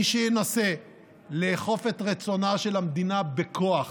מי שינסה לאכוף את רצונה של המדינה בכוח